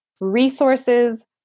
resources